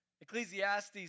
Ecclesiastes